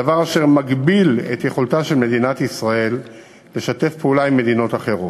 דבר שמגביל את יכולתה של מדינת ישראל לשתף פעולה עם מדינות אחרות.